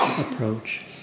approach